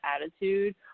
attitude